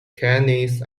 kenneth